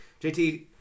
JT